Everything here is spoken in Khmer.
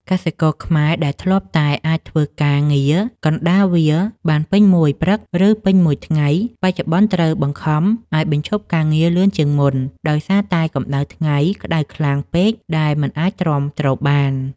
កសិករខ្មែរដែលធ្លាប់តែអាចធ្វើការងារកណ្ដាលវាលបានពេញមួយព្រឹក ឬពេញមួយថ្ងៃ បច្ចុប្បន្នត្រូវបានបង្ខំឱ្យបញ្ឈប់ការងារលឿនជាងមុន ដោយសារតែកម្ដៅថ្ងៃក្តៅខ្លាំងពេកដែលមិនអាចទ្រាំទ្របាន។